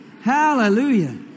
Hallelujah